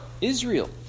Israel